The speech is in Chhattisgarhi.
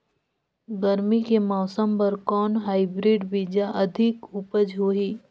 गरमी के मौसम बर कौन हाईब्रिड बीजा अधिक उपज होही?